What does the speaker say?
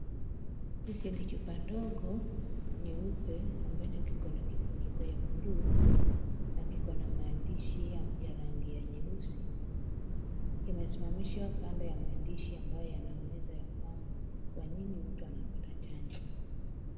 Hiki ni chupa ndogo nyeupe ambacho kiko na kifuniko ya buluu na kiko na maandishi ya rangi ya nyeusi kimesimamishwa kando ya maandishi ambayo yanauliza ya kwamba, "kwanini mtu anapata chanjo? "